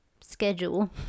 schedule